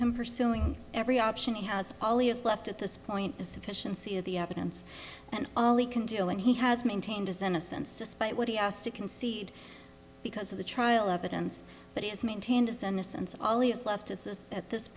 him pursuing every option he has all he has left at this point is sufficiency of the evidence and all he can do and he has maintained his innocence despite what he asked to concede because of the trial evidence but he has maintained his innocence all it's left is this at this